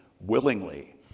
willingly